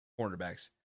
cornerbacks